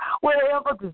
wherever